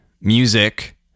music